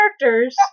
characters